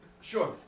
Sure